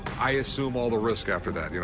i assume all the risk after that.